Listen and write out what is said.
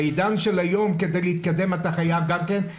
בעידן של היום כדי להתקדם אתה חייב יחסי ציבור.